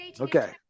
Okay